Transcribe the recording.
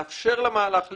לאפשר למהלך להתקדם,